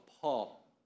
Paul